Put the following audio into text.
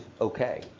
okay